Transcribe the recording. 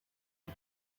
and